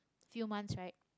few months right